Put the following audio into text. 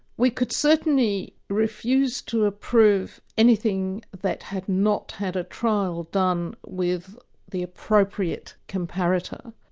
we could certainly refuse to approve anything that had not had a trial done with the appropriate comparator.